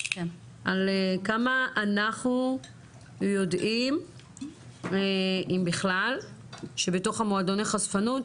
על כמה אנחנו יודעים אם בכלל שבתוך מועדוני החשפנות,